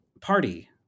party